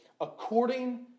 according